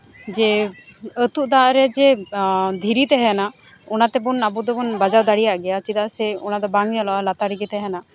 ᱟᱨ ᱡᱮ ᱟᱹᱛᱩᱜ ᱫᱟᱜ ᱨᱮ ᱡᱮ ᱫᱷᱤᱨᱤ ᱛᱟᱦᱮᱱᱟ ᱚᱱᱟ ᱛᱮᱵᱚᱱ ᱟᱵᱚ ᱫᱚᱵᱚᱱ ᱵᱟᱡᱟᱣ ᱫᱟᱲᱮᱭᱟᱜ ᱜᱮᱭᱟ ᱪᱮᱫᱟᱜ ᱚᱱᱟᱫᱚ ᱧᱮᱞ ᱧᱟᱢᱚᱜᱼᱟ ᱞᱟᱛᱟᱨ ᱨᱮᱜᱮ ᱛᱟᱦᱮᱱᱟ